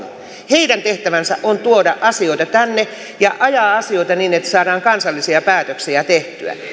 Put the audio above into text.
heidän tehtävänsä on tuoda asioita tänne ja ajaa asioita niin että saadaan kansallisia päätöksiä tehtyä mitä